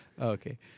Okay